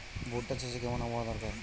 ভুট্টা চাষে কেমন আবহাওয়া দরকার?